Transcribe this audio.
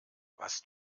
was